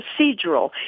procedural